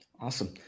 awesome